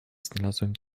znalazłem